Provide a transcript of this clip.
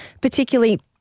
particularly